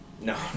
No